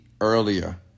earlier